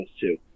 two